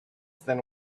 than